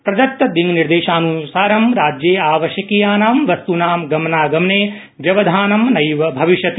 प्रदत्त दिङ्निर्देशान्सारं राज्ये आवश्यकीयानां वस्तूनां गमनागमने व्यवधानं नैव अविष्यति